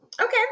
Okay